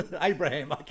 Abraham